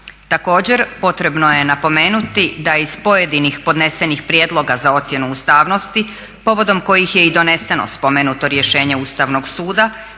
Također, potrebno je napomenuti da iz pojedinih podnesenih prijedloga za ocjenu ustavnosti povodom kojih je i doneseno spomenuto rješenje Ustavnog suda